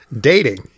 Dating